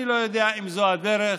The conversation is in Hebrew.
אני לא יודע אם זו הדרך.